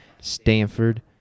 Stanford